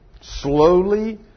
slowly